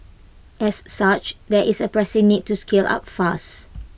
as such there is A pressing need to scale up fast